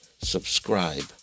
subscribe